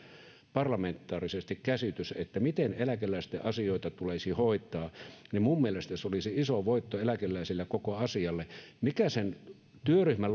parlamentaarisesti käsitys miten eläkeläisten asioita tulisi hoitaa niin minun mielestäni se olisi iso voitto eläkeläisille koko asialle sitä mikä sen työryhmän